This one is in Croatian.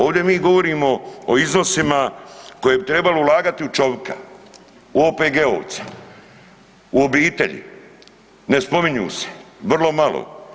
Ovdje mi govorimo o iznosima koje bi trebalo ulagati u čovika, u OPG-ovce, u obitelji, ne spominju se, vrlo malo.